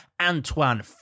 Antoine